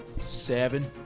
Seven